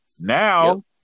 Now